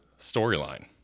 storyline